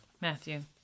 Matthew